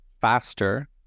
faster